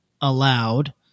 allowed